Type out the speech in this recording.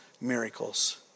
miracles